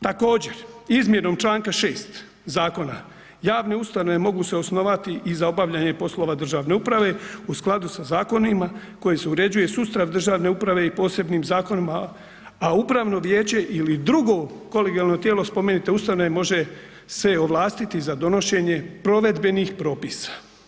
Također izmjenom članka 6. zakona javne ustanove mogu se osnovati i za obavljanje poslova državne uprave u skladu sa zakonima koje uređuje sustav državne uprave i posebnim zakonima, a upravno vijeće ili drugo kolegijalno tijelo spomenute ustanove može se ovlastiti za donošenje provedbenih propisa.